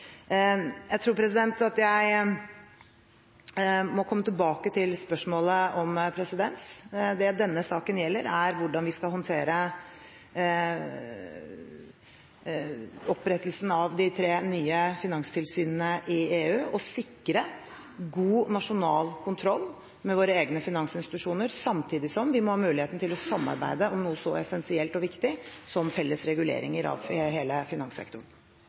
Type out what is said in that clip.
Jeg tror at jeg må komme tilbake til spørsmålet om presedens. Det denne saken gjelder, er hvordan vi skal håndtere opprettelsen av de tre nye finanstilsynene i EU og sikre god nasjonal kontroll med våre egne finansinstitusjoner, samtidig som vi må ha muligheten til å samarbeide om noe så essensielt og viktig som felles reguleringer av hele finanssektoren.